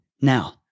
Now